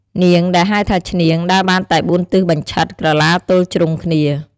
នាង ដែលហៅថាឈ្នាង ដើរបានតែ ៤ទិសបញ្ឆិត ក្រឡាទល់ជ្រុងគ្នា។